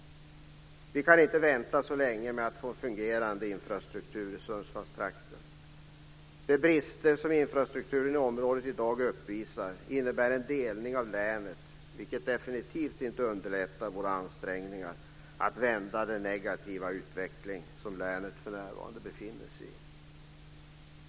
Vi kan inte vänta så länge på att få en fungerande infrastruktur i Sundsvallstrakten. De brister som infrastrukturen i området i dag uppvisar innebär en delning av länet, vilket definitivt inte underlättar våra ansträngningar att vända den negativa utveckling som länet för närvarande befinner sig i.